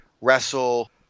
wrestle